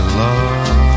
love